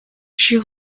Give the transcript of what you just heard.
she